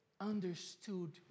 understood